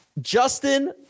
Justin